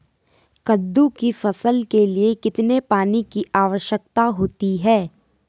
कद्दू की फसल के लिए कितने पानी की आवश्यकता होती है?